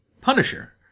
Punisher